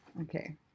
Okay